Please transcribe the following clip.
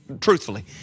truthfully